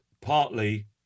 partly